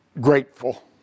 grateful